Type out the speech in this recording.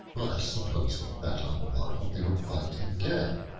but supposing that on the morrow they would find him dead.